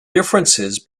differences